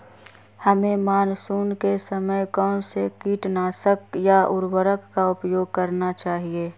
हमें मानसून के समय कौन से किटनाशक या उर्वरक का उपयोग करना चाहिए?